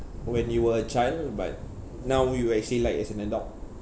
when you were a child but now you will actually like as an adult